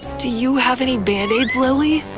do you have any band-aids, lily?